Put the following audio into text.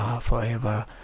forever